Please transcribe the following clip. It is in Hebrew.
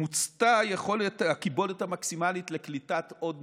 מוצתה יכולת הקיבולת המקסימלית לקליטת עוד